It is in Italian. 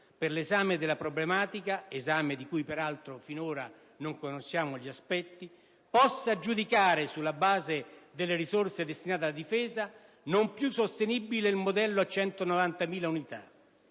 per l'esame della problematica (di cui peraltro finora non conosciamo gli aspetti), possa giudicare, sulla base delle risorse destinate alla Difesa, non più sostenibile il modello a 190.000 unità.